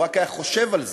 הוא רק היה חושב על זה.